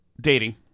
Dating